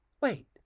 Wait